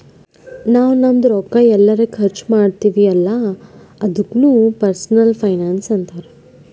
ನಾವ್ ನಮ್ದು ರೊಕ್ಕಾ ಎಲ್ಲರೆ ಖರ್ಚ ಮಾಡ್ತಿವಿ ಅಲ್ಲ ಅದುಕ್ನು ಪರ್ಸನಲ್ ಫೈನಾನ್ಸ್ ಅಂತಾರ್